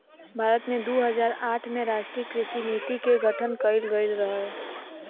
भारत में दू हज़ार आठ में राष्ट्रीय कृषि नीति के गठन कइल गइल रहे